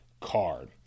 card